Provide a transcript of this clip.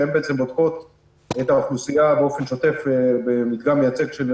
שהן בודקות את האוכלוסייה באופן שוטף במדגם מייצג של